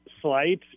slight